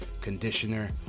conditioner